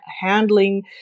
handling